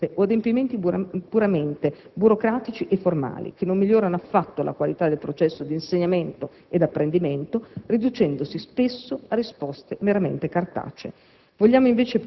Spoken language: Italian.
resistenze o adempimenti puramente burocratici e formali che non migliorano affatto la qualità del processo di insegnamento ed apprendimento, riducendosi spesso a risposte meramente cartacee.